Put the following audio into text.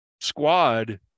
squad